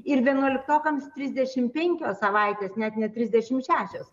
ir vienuoliktokams trisdešim penkios savaitės net ne trisdešim šešios